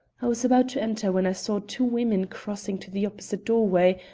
was about to enter when i saw two women crossing to the opposite doorway,